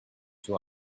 two